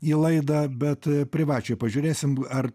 į laidą bet privačiai pažiūrėsim ar